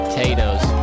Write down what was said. Potatoes